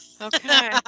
Okay